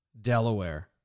Delaware